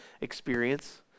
experience